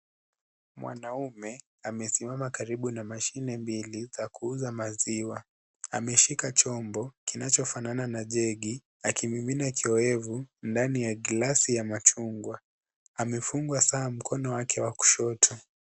Mwanaume amesimama karibu na mashine mbili za kuuza maziwa. Ameshika chombo kinachofanana na jegi akimimina kiyoyevu ndani ya glasi ya machungwa. Amefungwa saa mkono wake wa kushoto.